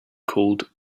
called